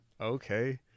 okay